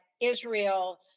Israel